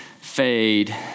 fade